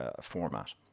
format